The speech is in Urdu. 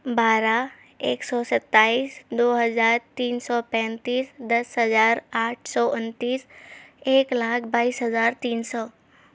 بارہ ایک سو ستائیس دو ہزار تین سو پینتیس دس ہزار آٹھ سو انتیس ایک لاکھ بائیس ہزار تین سو